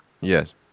Yes